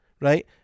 right